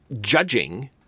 judging